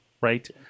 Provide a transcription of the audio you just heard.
right